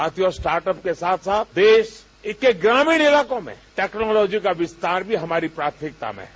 साथियों स्टार्टअप के साथ साथ देश एक एक ग्रामीण इलाकों में टेक्नोलॉजी का विस्तार भी हमारी प्राथमिकताओं में है